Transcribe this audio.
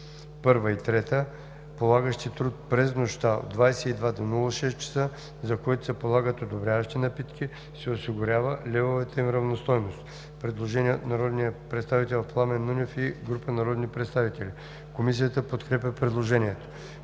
ал. 1 и 3, полагащи труд през нощта от 22,00 до 6,00 ч., за което се полагат ободряващи напитки, се осигурява левовата им равностойност.“ Предложение от народния представител Пламен Нунев и група народни представители. Комисията подкрепя предложението.